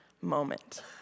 moment